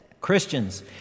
Christians